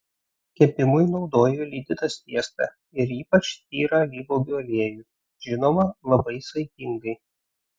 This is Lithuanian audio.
kepimui naudoju lydytą sviestą ir ypač tyrą alyvuogių aliejų žinoma labai saikingai